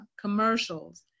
commercials